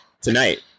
tonight